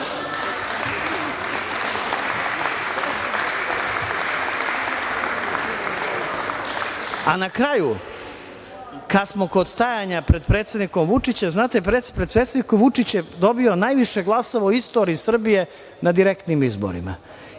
kraju kada smo kod stajanja pred predsednikom Vučićem, znate predsednik Vučić je dobio najviše glasova u istoriji Srbije na direktnim izborima